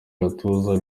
gatuza